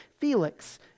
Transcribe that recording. Felix